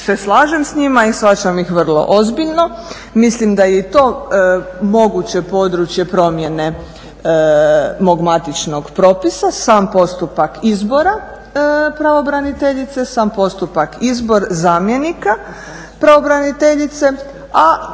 se slažem s njima i shvaćam ih vrlo ozbiljno. Mislim da je i to moguće područje promjene mog matičnog propisa sam postupak izbora pravobraniteljice, sam postupak izbor zamjenika pravobraniteljice, a